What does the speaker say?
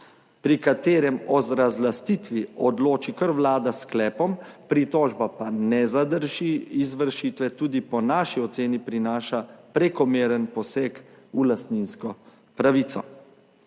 pri katerem o razlastitvi odloči kar Vlada s sklepom, pritožba pa ne zadrži izvršitve, tudi po naši oceni prinaša prekomeren poseg v lastninsko pravico